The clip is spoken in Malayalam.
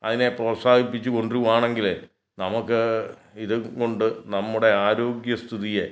അതിനെ പ്രോത്സാഹിപ്പിച്ചു കൊണ്ടുവരുകയാണെങ്കിലേ നമുക്ക് ഇത് കൊണ്ട് നമ്മുടെ ആരോഗ്യ സ്ഥിതിയെ